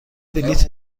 بلیط